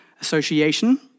Association